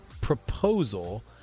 proposal